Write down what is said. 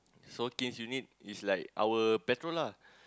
so kins unit is like our patrol lah